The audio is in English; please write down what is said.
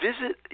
visit